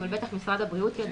בטח משרד הבריאות יודע